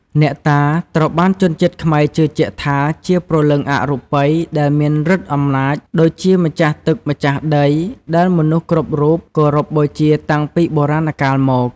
អ្នកតា ត្រូវបានជនជាតិខ្មែរជឿជាក់ថា ជាព្រលឹងអរូបីដែលមានឫទ្ធិអំណាច ដូចជាម្ចាស់ទឹក ម្ចាស់ដី ដែលមនុស្សគ្រប់រូបគោរពបូជាតាំងពីបុរាណកាលមក។